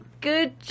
good